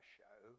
Show